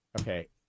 Okay